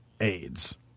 AIDS